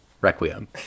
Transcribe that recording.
requiem